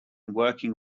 working